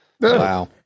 Wow